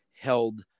held